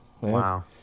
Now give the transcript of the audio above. Wow